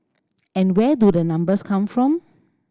and where do the numbers come from